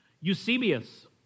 Eusebius